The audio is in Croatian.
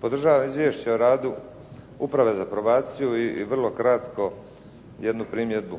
Podržavam Izvješće o radu Uprave za probaciju i vrlo kratko jednu primjedbu.